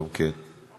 גם כן.